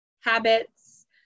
habits